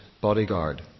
bodyguard